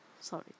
Sorry